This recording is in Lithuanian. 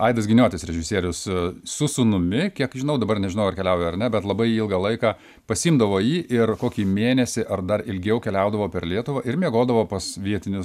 aidas giniotis režisierius s su sūnumi kiek žinau dabar nežinau ar keliauja ar ne bet labai ilgą laiką pasiimdavo jį ir kokį mėnesį ar dar ilgiau keliaudavo per lietuvą ir miegodavo pas vietinius